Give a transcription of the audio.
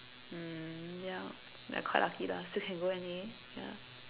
mm ya we are quite lucky lah still can go N_A ya